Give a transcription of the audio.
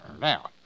Now